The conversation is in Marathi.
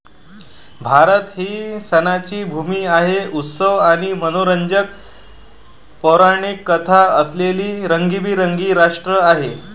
भारत ही सणांची भूमी आहे, उत्सव आणि मनोरंजक पौराणिक कथा असलेले रंगीबेरंगी राष्ट्र आहे